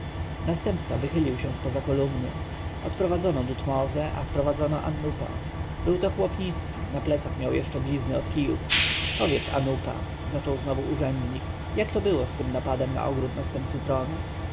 następca wychylił się z poza kolumny odprowadzono dutmoze a wprowadzono anupa był to chłop niski na plecach miał jeszcze blizny od kijów powiedz anupa zaczął znowu urzędnik jak to było z tym napadem na ogród następcy tronu